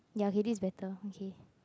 ya okay this is better okay